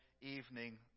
evening